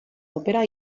ópera